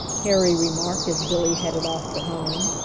harry remarked, as billy headed off for home.